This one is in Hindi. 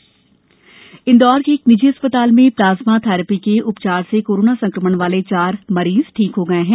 प्लाज्मा उपचार इंदौर के एक निजी अस्पताल में प्लाज्मा थेरेपी के उपचार से कोरोना संक्रमण वाले चार मरीज ठीक हो गए हैं